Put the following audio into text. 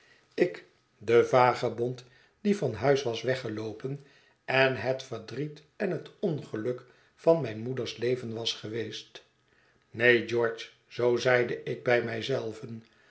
ik de vagebond die van huis was weggeloopen en het verdriet en het ongeluk van mijn moeders leven was geweest neen george zoo zeide ik bij mij